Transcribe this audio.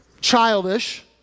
childish